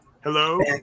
Hello